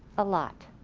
a lot.